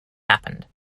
happened